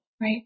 right